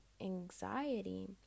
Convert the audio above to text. anxiety